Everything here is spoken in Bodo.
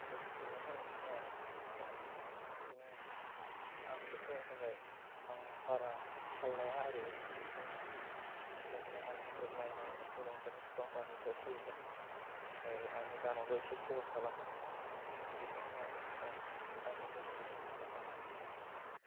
गोनो गोथो मोनो मोननाया ओमफ्राय बिदिनो आं दबथायनायनि थाखाय आं बारा थाल लाया आरो बिसिनि जेनबा मानसिफोर नायनाय ओमफ्राय रंजानायफोरखौ आं बांद्राय थाल लाया आंनि गानावल' एसे फकास खालामो बेखौनो लानानै आं आंनि गोनो गोथो मोननाय आरो